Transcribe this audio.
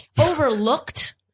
Overlooked